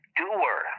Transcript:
doer